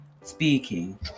speaking